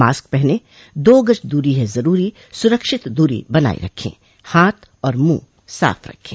mask पहनें दो गज दूरी है जरूरी सुरक्षित दूरी बनाए रखें हाथ और मुंह साफ रखें